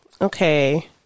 okay